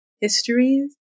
histories